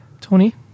Tony